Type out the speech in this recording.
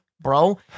Bro